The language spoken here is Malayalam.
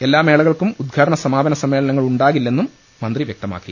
എല്ലാ മേളകൾക്കും ഉദ്ഘാടന സമാപന സമ്മേളനങ്ങൾ ഉണ്ടാകില്ലെന്നും മന്ത്രി വ്യക്ത മാക്കി